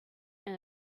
and